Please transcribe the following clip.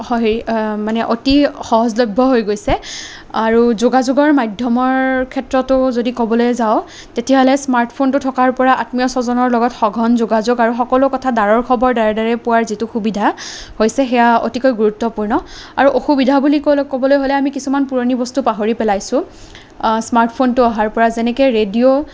অতি সহজলভ্য় হৈ গৈছে আৰু যোগাযোগৰ মাধ্য়মৰ ক্ষেত্ৰতো যদি ক'বলৈ যাওঁ তেতিয়াহ'লে স্মাৰ্টফোনটো থকাৰ পৰা আত্মীয় স্বজনৰ লগত সঘন যোগাযোগ আৰু সকলো কথা ডাঁৰৰ খবৰ ডাঁৰে ডাঁৰে পোৱাৰ যিটো সুবিধা হৈছে সেইয়া অতিকৈ গুৰুত্বপূৰ্ণ আৰু অসুবিধা বুলি ক'লে ক'বলৈ হ'লে আমি কিছুমান পুৰণি বস্তু পাহৰি পেলাইছোঁ স্মাৰ্টফোনটো অহাৰ পৰা যেনেকৈ ৰেডিঅ'